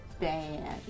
bad